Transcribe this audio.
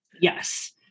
Yes